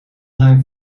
zijn